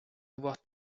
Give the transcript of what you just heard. avoir